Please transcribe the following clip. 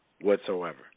whatsoever